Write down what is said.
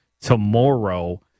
tomorrow